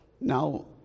now